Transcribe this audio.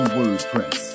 WordPress